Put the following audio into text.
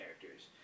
characters